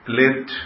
let